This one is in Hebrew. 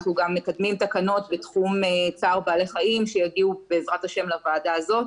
אנחנו גם מקדמים תקנות בתחום צער בעלי חיים שיגיעו לוועדה הזאת,